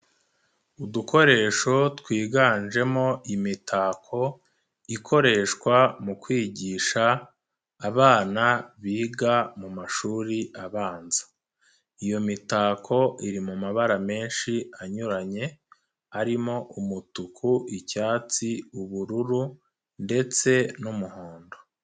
Udukoresho twiganjemo imitako, ikoreshwa mu kwigisha abana biga mu mashuri abanza. Iyo mitako iri mu mabara menshi anyuranye, arimo umutuku, icyatsi, ubururu ndetse n'umuhondo.